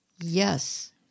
Yes